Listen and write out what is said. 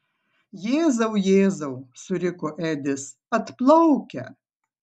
jėzau jėzau suriko edis atplaukia